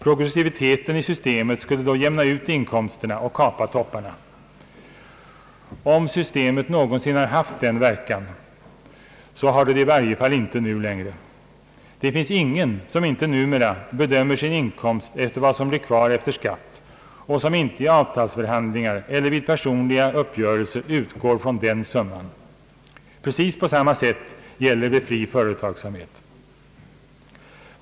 Progressiviteten i systemet skulle då jämna ut inkomsterna och kapa topparna. Om systemet någonsin haft en sådan verkan, är det i varje fall inte längre förhållandet. Det finns ingen som inte numera bedömer sin inkomst efter vad som blir kvar efter skatt och som inte i avtalsförhandlingar eller vid personliga uppgörelser utgår från den summan. Precis samma förhållande gäller vid fri företagsamhet.